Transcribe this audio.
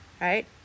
right